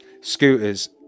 scooters